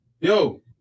Yo